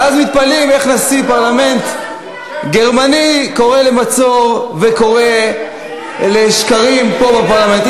ואז מתפלאים איך נשיא פרלמנט גרמני קורא למצור וקורא לשקרים פה בפרלמנט,